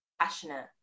passionate